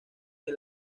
que